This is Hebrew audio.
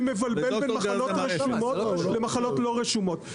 מבלבל בין מחלות רשומות למחלות לא רשומות,